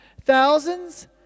Thousands